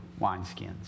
wineskins